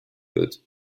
wird